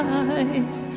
eyes